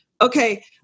Okay